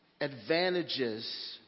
advantages